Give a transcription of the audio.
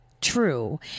true